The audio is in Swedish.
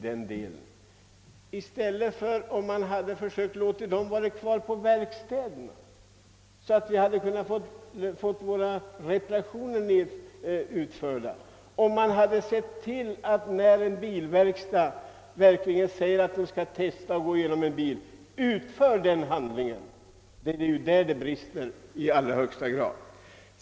Men om man i stället låtit dessa personer vara kvar på verkstäderna, hade vi kunnat få våra reparationer utförda, och man hade kanske kunnat se till att en bilverkstad som säger att den skall testa och gå igenom en bil verkligen också gör det. I detta avseende brister det nu i allra högsta grad.